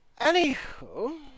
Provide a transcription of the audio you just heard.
Anywho